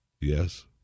yes